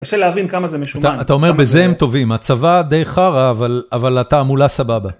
קשה להבין כמה זה משומן. -אתה, אתה אומר בזה הם טובים, הצבא די חרא, אבל, אבל התעמולה סבבה.